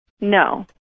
No